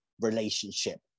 relationship